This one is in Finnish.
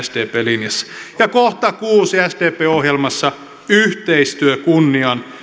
sdpn linjassa kohta kuusi sdpn ohjelmassa yhteistyö kunniaan